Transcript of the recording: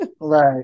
Right